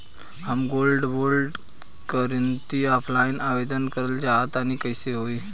हम gold bond करंति offline आवेदन करल चाह तनि कइसे होई?